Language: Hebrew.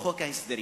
או חוק ההסדרים.